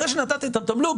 אחרי שנתתם את התמלוג